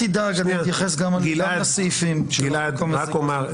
רק אומר,